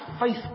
faith